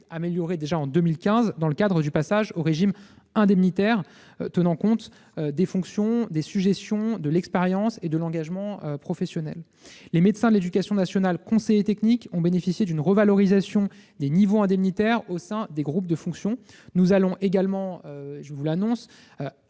amélioré en 2015 dans le cadre du passage au régime indemnitaire en tenant compte des fonctions, des sujétions, de l'expérience et de l'engagement professionnel. Les médecins de l'éducation nationale conseillers techniques ont bénéficié d'une revalorisation des niveaux indemnitaires au sein des groupes de fonction. Nous allons également améliorer